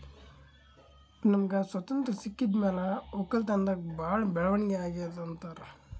ನಮ್ಗ್ ಸ್ವತಂತ್ರ್ ಸಿಕ್ಕಿದ್ ಮ್ಯಾಲ್ ವಕ್ಕಲತನ್ದಾಗ್ ಭಾಳ್ ಬೆಳವಣಿಗ್ ಅಗ್ಯಾದ್ ಅಂತಾರ್